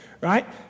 right